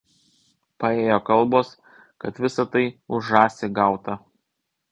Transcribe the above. paėjo kalbos kad visa tai už žąsį gauta